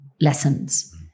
lessons